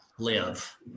Live